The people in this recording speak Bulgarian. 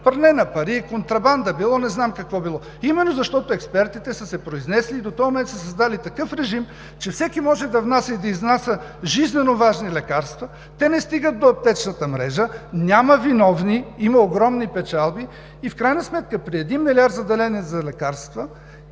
„пране на пари“, „контрабанда“ било, не знам какво било. Именно защото експертите са се произнесли и до този момент са създали такъв режим, че всеки може да внася и да изнася жизнено важни лекарства, те не стигат до аптечната мрежа. Няма виновни. Има огромни печалби. И в крайна сметка при един милиард заделени за лекарства,